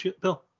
Bill